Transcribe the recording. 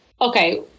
okay